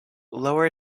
lower